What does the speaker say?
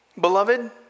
Beloved